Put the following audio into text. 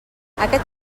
aquest